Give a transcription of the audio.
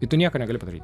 i tu nieko negali padaryt